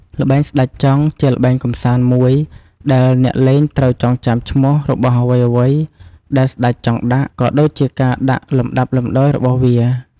ល្បែងស្តេចចង់ជាល្បែងកម្សាន្តមួយដែល អ្នកលេងត្រូវចងចាំឈ្មោះរបស់អ្វីៗដែលស្តេចចង់ដាក់ ក៏ដូចជាការដាក់លំដាប់លំដោយរបស់វា។